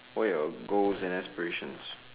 what are your goals and aspirations